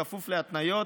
כפוף להתניות.